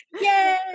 Yay